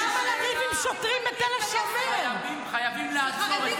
זאת בושה וחרפה, הדבר הזה.